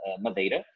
Madeira